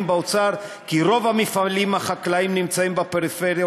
באוצר כי רוב המפעלים החקלאיים נמצאים בפריפריה,